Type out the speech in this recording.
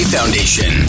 Foundation